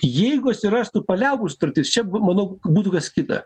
jeigu atsirastų paliaubų sutartis čia manau būtų kas kita